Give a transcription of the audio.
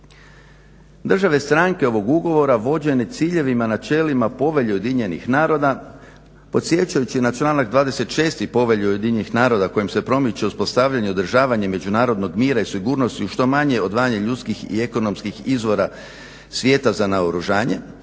Države stranke ovog ugovora vođene ciljevima, načelima Povelje UN-a podsjećajući na članak 26. Povelje UN-a kojim se promiče uspostavljanje i održavanje međunarodnog mira i sigurnosti uz što manje odvajanje ljudskih i ekonomskih izvora svijeta za naoružanje